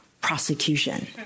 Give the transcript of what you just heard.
prosecution